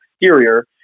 exterior